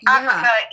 Africa